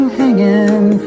hanging